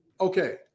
Okay